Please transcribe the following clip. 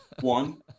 One